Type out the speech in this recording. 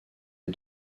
est